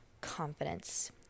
confidence